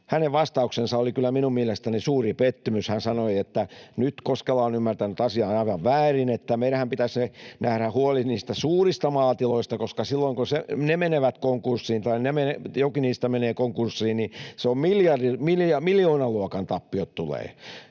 hänen vastauksensa oli kyllä minun mielestäni suuri pettymys. Hän sanoi, että nyt Koskela on ymmärtänyt asian aivan väärin, että meidänhän pitäisi nähdä huoli niistä suurista maatiloista, koska silloin kun ne menevät konkurssiin tai jokin niistä menee konkurssiin, miljoonaluokan tappiot tulee.